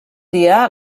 dia